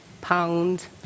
pound